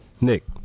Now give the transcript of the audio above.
Nick